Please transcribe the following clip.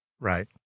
Right